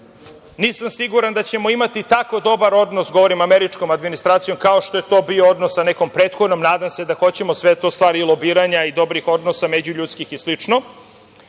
nisam siguran da ćemo imati tako dobar odnos, govorim američkom administracijom, kao što je to bio odnos sa nekom prethodnom. Nadam se da hoćemo, sve je to stvar lobiranja i dobrih odnosa, međuljudskih i